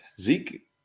Zeke